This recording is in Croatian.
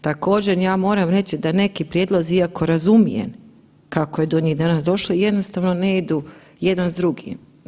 Također ja moram reći da neki prijedlozi iako razumijem kako je do njih danas došlo jednostavno ne idu jedno s drugim.